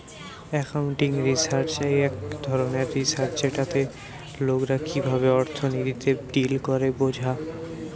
accounting research এক ধরণের research যেটাতে লোকরা কিভাবে অর্থনীতিতে ডিল করে বোঝা